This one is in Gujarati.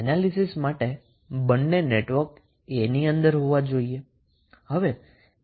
આમ એનાલીસીસ માટે બંને નેટવર્ક A ની અંદર હોવા જોઈએ